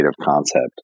concept